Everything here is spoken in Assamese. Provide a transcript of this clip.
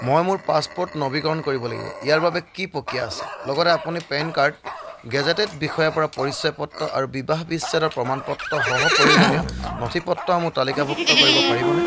মই মোৰ পাছপৰ্ট নৱীকৰণ কৰিব লাগিব ইয়াৰ বাবে কি প্ৰক্ৰিয়া আছে লগতে আপুনি পেন কাৰ্ড গেজেটেড বিষয়াৰ পৰা পৰিচয় পত্ৰ আৰু বিবাহ বিচ্ছেদৰ প্ৰমাণপত্ৰ সহ প্ৰয়োজনীয় নথিপত্ৰসমূহ তালিকাভুক্ত কৰিব পাৰিবনে